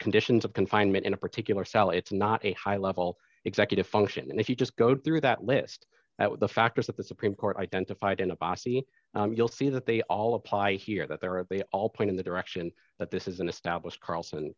conditions of confinement in a particular cell it's not a high level executive function and if you just go through that list the factors that the supreme court identified in apostasy you'll see that they all apply here that there are they all point in the direction that this is an established carlsson